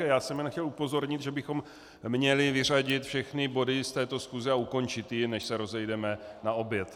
Jen jsem chtěl upozornit, že bychom měli vyřadit všechny body z této schůze a ukončit ji, než se rozejdeme na oběd.